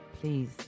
Please